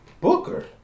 Booker